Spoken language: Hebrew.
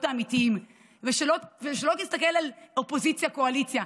האמיתיים ושלא תסתכל על אופוזיציה וקואליציה,